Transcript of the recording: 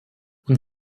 und